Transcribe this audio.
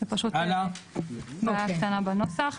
פשוט הערה קטנה בנוסח.